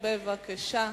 בבקשה.